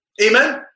Amen